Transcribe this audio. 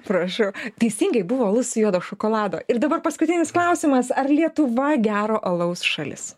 prašau teisingai buvo alus su juodu šokolado ir dabar paskutinis klausimas ar lietuva gero alaus šalis